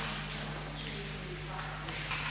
Hvala vam